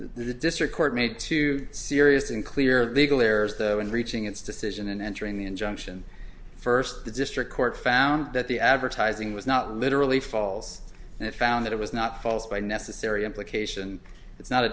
the district court made two serious unclear legal errors the in reaching its decision and entering the injunction first the district court found that the advertising was not literally falls and it found that it was not false by necessary implication it's not a